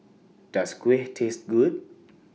Does Kuih Taste Good